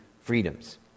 freedoms